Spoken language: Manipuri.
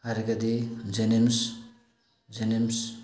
ꯍꯥꯏꯔꯒꯗꯤ ꯖꯦꯅꯤꯝꯁ ꯖꯦꯅꯤꯝꯁ